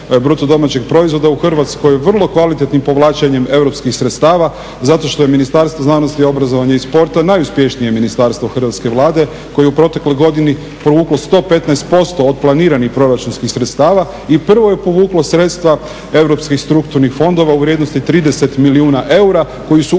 rastu BDP-a u Hrvatskoj vrlo kvalitetnim povlačenjem europskih sredstava zato što je Ministarstvo znanosti, obrazovanja i sporta najuspješnije ministarstvo Hrvatske Vlade koje je u protekloj godini … 115% od planiranih proračunskih sredstava i prvo je povuklo sredstva europskih strukturnih fondova u vrijednosti 30 milijuna eura koji su upravo